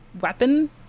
weapon